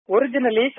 Originally